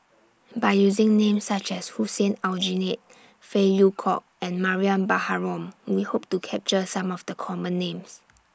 By using Names such as Hussein Aljunied Phey Yew Kok and Mariam Baharom We Hope to capture Some of The Common Names